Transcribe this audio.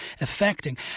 affecting